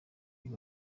uyu